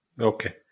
okay